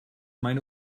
meine